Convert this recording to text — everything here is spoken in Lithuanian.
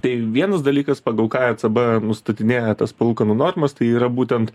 tai vienas dalykas pagal ką ecb nustatinėja tas palūkanų normas tai yra būtent